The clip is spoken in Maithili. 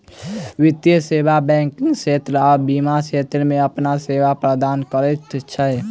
वित्तीय सेवा बैंकिग क्षेत्र आ बीमा क्षेत्र मे अपन सेवा प्रदान करैत छै